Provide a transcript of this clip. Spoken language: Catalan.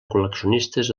col·leccionistes